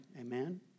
Amen